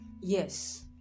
Yes